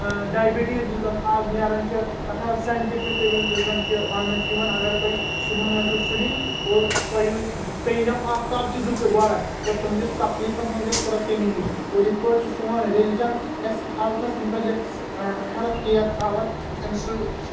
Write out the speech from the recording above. diabetes یُس زن اَز نیران چھ تَتھ حظ ساینٹِفِکٔلی یُس زن وَننہٕ چُھ یِوان کہ اگر تُہۍ صُبحن ؤتھِو سُلی اور تۄہہِ پیٚیہِ نو آفتابچہٕ زٕژٕ گۄڈن اور تُہنٛدِس تکلیٖفس منٛز گژھہِ تھوڑا کٔمی ہِش اور یِتھ پأٹھۍ چھُ سون ریٚلِجن اَسہِ ہیٚلتھس مُتعلِق ہیٚلتھ کِیر تھوان أمہِ سۭتۍ